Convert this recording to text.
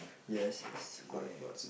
yes yes correct correct